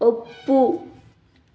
ಒಪ್ಪು